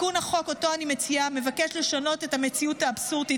תיקון החוק שאני מציעה מבקש לשנות את המציאות האבסורדית